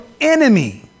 enemy